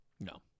No